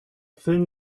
thin